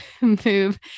move